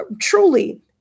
truly